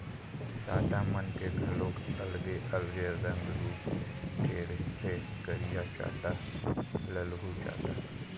चाटा मन के घलोक अलगे अलगे रंग रुप के रहिथे करिया चाटा, ललहूँ चाटा